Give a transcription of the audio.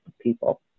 people